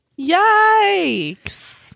Yikes